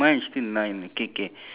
so ten difference only ah